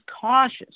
cautious